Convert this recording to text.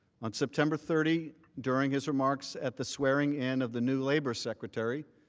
on september thirty, during his remarks at the swearing in of the new labor secretary,